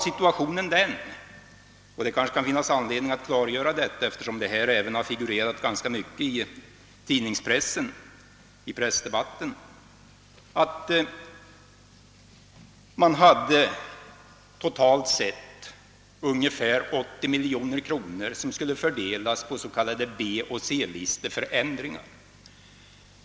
Situationen var den, och det kan vara anledning att klargöra den saken eftersom dessa ting har figurerat ganska mycket i pressdebatten, att vi totalt sett hade ungefär 80 miljoner kronor att fördela på s.k. B och C-listeändringar.